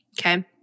Okay